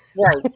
Right